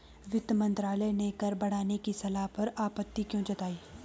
वित्त मंत्रालय ने कर बढ़ाने की सलाह पर आपत्ति क्यों जताई?